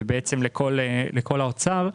ולכל האוצר,